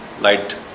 light